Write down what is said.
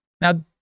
Now